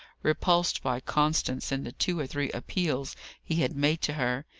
repulsed by constance in the two or three appeals he had made to her,